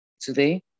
Today